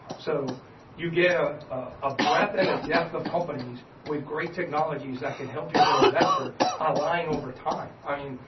so you get ah a breath and a depth of companies with great technologies that can help you as an investor online. over time, i mean,